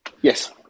Yes